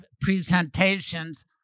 presentations